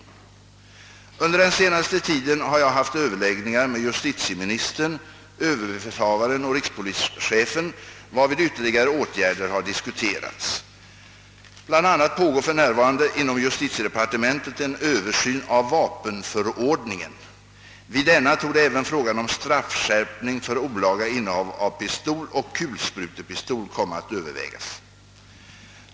Under den senaste tiden har jag haft överläggningar med justitieministern, överbefälhavaren och rikspolischefen varvid ytterligare åtgärder har diskuterats. Bland annat pågår för närvarande inom justitiedepartementet en översyn av vapenförordningen. Vid denna torde även frågan om straffskärpning för olaga innehav av pistol och kulsprutepistol komma att övervägas.